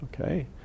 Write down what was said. Okay